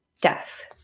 Death